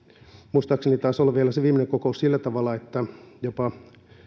muistaakseni taisi olla vielä se viimeinen kokous sillä tavalla että jopa